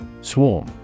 Swarm